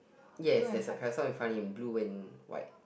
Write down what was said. yes there is a person in front in blue and white